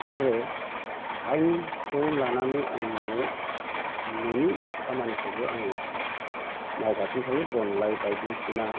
आरो टाइम खौ लानानै आं न'आव न'नि खामानिखौबो आङो मावगासिनो थायो बन लाइ बायदिसिना